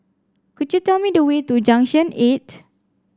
could you tell me the way to Junction Eight